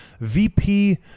VP